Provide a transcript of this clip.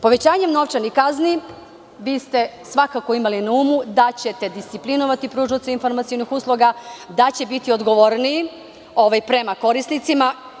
Povećanjem novčanih kazni imali ste na umu da ćete disciplinovati pružaoce informacionih usluga, da će biti odgovorniji prema korisnicima.